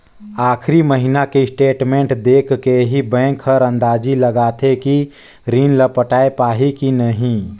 आखरी महिना के स्टेटमेंट देख के ही बैंक हर अंदाजी लगाथे कि रीन ल पटाय पाही की नही